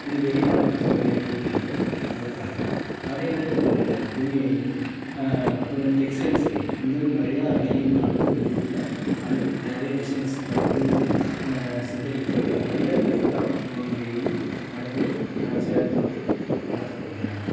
இது வெளி மாநிலத்துக்கும் வெளி ஊர்களுக்கும் அனுப்புறாங்க அதேமாதிரி இந்த துணியும் துணி டெக்ஸ்டைல்ஸ்ஸும் சரி இங்கேருந்து நிறையா வெளி மாநிலத்துக்கு வெளி ஊருக்குலாம் அனுப்பி நிறைய டிசைன்ஸ் பட்டு சிந்தடிக் பட்டு நிறைய டிஃப்ரெண்ட் ஆஃப் நூல் நெய் அனுப்பி அங்கே சேலத்தை வந்து வளத்தை குறிக்கிறாங்க